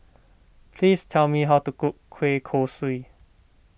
please tell me how to cook Kueh Kosui